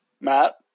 Matt